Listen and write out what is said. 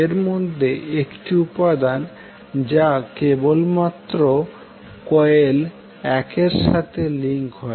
এরমধ্যে একটি উপাদান যা কেবলমাত্র কয়েল 1 এর সাথে লিংক হয়